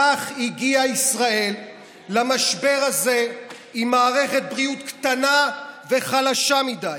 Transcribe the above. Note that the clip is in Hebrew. כך הגיעה ישראל למשבר הזה עם מערכת בריאות קטנה וחלשה מדי,